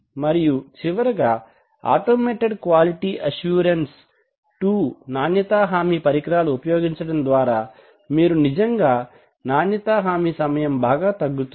మరియు చివరగా automated quality assurance II నాణ్యతా హామీ పరికరాలు ఉపయోగించడం ద్వారా మీరు నిజంగా నాణ్యతా హామీ సమయం బాగా తగ్గుతుంది